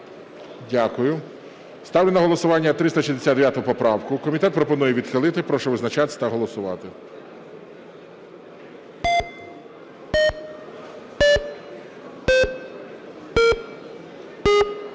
Дякую. Ставлю на голосування 369 поправку. Комітет пропонує відхилити. Прошу визначатися та голосувати.